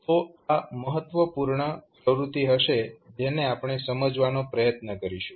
તો આ મહત્વપૂર્ણ પ્રવૃત્તિ હશે જેને આપણે સમજવાનો પ્રયત્ન કરીશું